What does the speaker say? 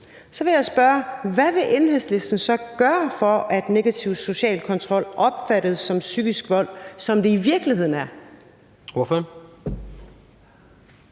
Hvad vil Enhedslisten så gøre for, at negativ social kontrol opfattes som psykisk vold, som det i virkeligheden er?